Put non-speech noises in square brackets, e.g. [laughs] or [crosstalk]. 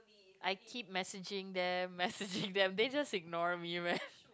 I keep messaging them messaging them they just ignore me [laughs]